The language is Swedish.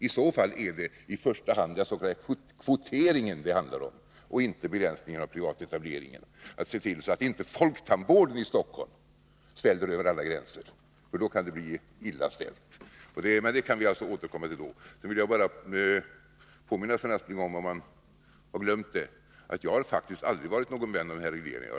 I så fall skulle det i första hand handla om s.k. kvotering, inte om begränsningar av privatetableringen. Man skulle se till att inte SSUEan Ive ren i Stockholm sväller Över alla gränser, för då kan privatpraktisedet bli illa ställt. Men det kan vi återkomma till då. rande tandläkare Jag vill bara påminna Sven Aspling, om han har glömt det, om att jag — rjl] tandvårdsförfaktiskt aldrig har varit någon vän av denna reglering.